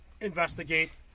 investigate